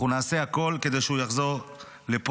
אנחנו נעשה הכול כדי שהוא יחזור לפה,